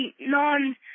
non-